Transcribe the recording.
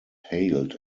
hailed